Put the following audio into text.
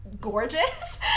gorgeous